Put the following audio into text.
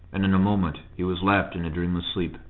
and in a moment he was lapt in a dreamless sleep.